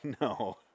No